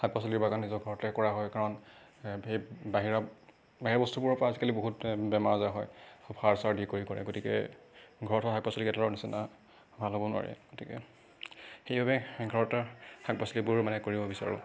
শাক পাচলিৰ বাগান নিজৰ ঘৰতে কৰা হয় কাৰণ সেই বাহিৰা বাহিৰা বস্তুবোৰৰ পৰা আজিকালি বহুতে বেমাৰ আজাৰ হয় সাৰ চাৰ দি কৰি কৰে গতিকে ঘৰত হোৱা শাক পাচলি কেইডালৰ নিচিনা ভাল হ'ব নোৱাৰে গতিকে সেইবাবে ঘৰতে শাক পাচলিবোৰ মানে কৰিব বিচাৰোঁ